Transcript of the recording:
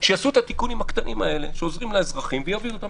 שיעשו את התיקונים הקטנים האלה שעוזרים לאזרחים ויעבירו אותם,